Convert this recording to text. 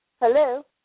Hello